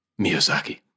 Miyazaki